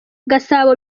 gasabo